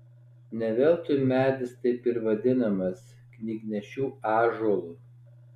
ne veltui medis taip ir vadinamas knygnešių ąžuolu